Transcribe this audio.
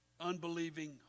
unbelieving